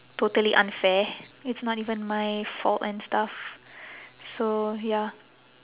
totally unfair it's not even my fault and stuff so ya